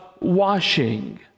washing